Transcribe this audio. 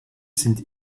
sind